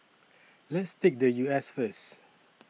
let's take the U S first